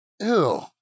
Ew